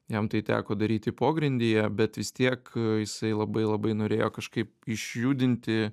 jam tai teko daryti pogrindyje bet vis tiek jisai labai labai norėjo kažkaip išjudinti